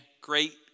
great